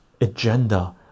agenda